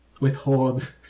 withhold